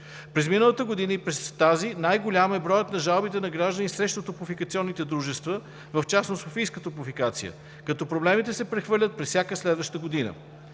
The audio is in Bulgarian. През миналата година и през тази най-голям е броят на жалбите на граждани срещу топлофикационните дружества, в частност Софийска топлофикация, като проблемите се прехвърлят през всяка следваща година.